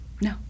No